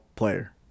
player